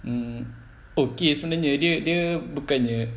mm okay sebenarnya dia dia bukannya